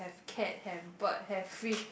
cat have bird have fish